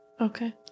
Okay